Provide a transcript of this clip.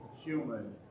human